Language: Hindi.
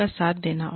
उनका साथ देना